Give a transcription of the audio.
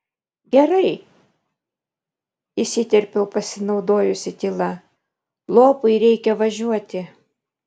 gerai įsiterpiau pasinaudojusi tyla lopui reikia važiuoti